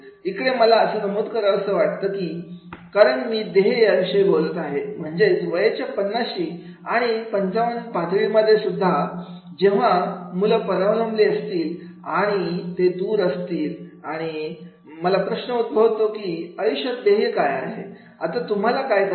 इकडे मला असं नमूद करावंसं वाटतं की कारण मी ध्येय विषयी बोलत आहे म्हणजेच वयाच्या पन्नाशी आणि 55 पातळीमध्ये जेव्हा मुलं परावलंबी असतील आणि आणि ते दूर असतील आणि महा प्रश्न उद्भवतो की आयुष्यात ध्येय काय आहे आत्ता तुम्हाला काय करायचे आहे